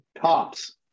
tops